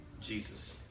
Jesus